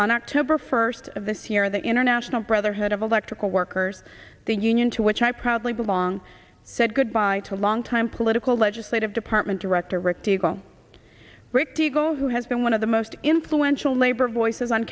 on october first of this year the international brotherhood of electrical workers the union to which i proudly belong said goodbye to longtime political legislative department director rick to go rick to go who has been one of the most influential labor voices on